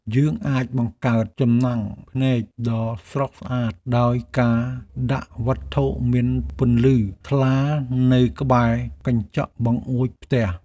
យើងអាចបង្កើតចំណាំងភ្នែកដ៏ស្រស់ស្អាតដោយការដាក់វត្ថុមានពន្លឺថ្លានៅក្បែរកញ្ចក់បង្អួចផ្ទះ។